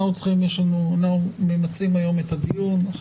אנחנו ממצים היום את הדיון הזה,